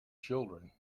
children